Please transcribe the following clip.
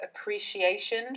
appreciation